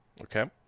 okay